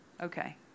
Okay